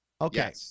Okay